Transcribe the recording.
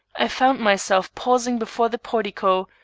i found myself pausing before the portico,